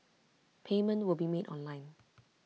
payment will be made online